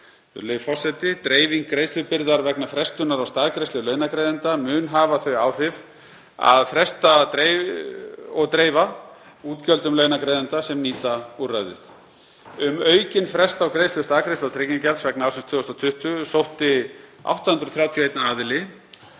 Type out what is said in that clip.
Virðulegi forseti. Dreifing greiðslubyrðar vegna frestunar á staðgreiðslu launagreiðenda mun hafa þau áhrif að fresta og dreifa útgjöldum launagreiðenda sem nýta úrræðið. Um aukinn frest á greiðslu staðgreiðslu- og tryggingagjalds vegna ársins 2020 sótti 831 aðili,